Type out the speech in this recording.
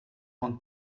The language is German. von